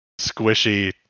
squishy